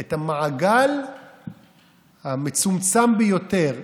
את המעגל המצומצם ביותר,